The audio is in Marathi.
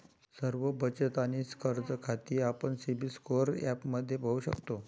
सर्व बचत आणि कर्ज खाती आपण सिबिल स्कोअर ॲपमध्ये पाहू शकतो